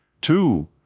Two